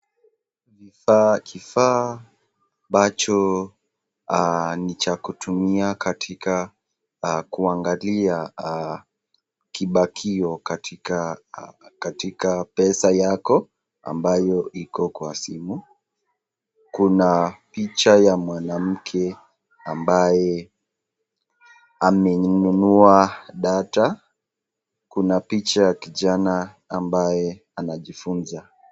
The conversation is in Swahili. Kifaa ambacho ni cha kutumia katika kuangalia kibakio katika pesa yako ambayo iko kwa simu, kuna picha ya mwanamke ambaye amenunua data kuna picha ya kijana ambaye anajifunza.